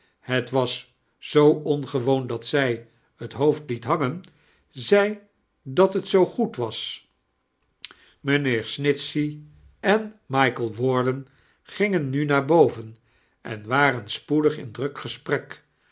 het was zoo ongewoon dat zij het hoofd liet hangen zei dat het zoo goed was mijnheer snitehey en michael warden gingen nu naar boven en waren spoedig in druik gesprek